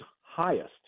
highest